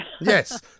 yes